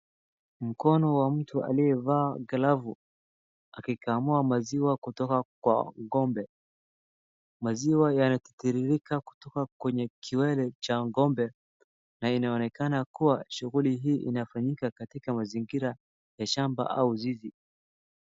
Mkono wa mtu aliyevaa glavu akikamua maziwa kutoka kwa ng'ombe. Maziwa yanatiririka kutoka kwenye kiwele cha ng'ombe na inaonekakana kuwa shughuli hii inafanyika mazingira ya shamba au zizi.